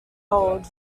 old